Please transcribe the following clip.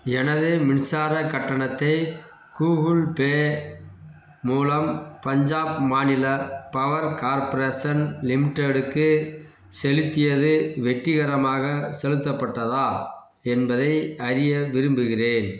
எனது மின்சாரக் கட்டணத்தை கூகுள்பே மூலம் பஞ்சாப் மாநில பவர் கார்ப்ரேஷன் லிமிடெட்க்கு செலுத்தியது வெற்றிகரமாக செலுத்தப்பட்டதா என்பதை அறிய விரும்புகிறேன்